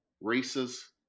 races